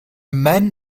man